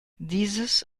dieses